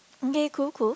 okay cool cool